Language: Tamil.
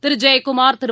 திரு ஜெயக்குமார் திரு